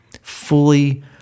fully